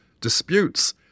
disputes